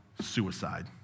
suicide